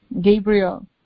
Gabriel